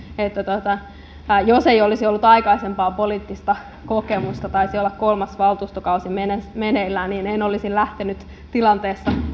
että jos ei olisi ollut aikaisempaa poliittista kokemusta taisi olla kolmas valtuustokausi meneillään en en olisi lähtenyt siinä tilanteessa